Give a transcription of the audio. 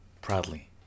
Proudly